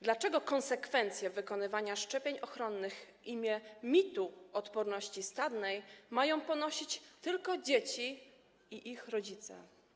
Dlaczego konsekwencje wykonywania szczepień ochronnych w imię mitu odporności stadnej mają ponosić tylko dzieci i ich rodzice?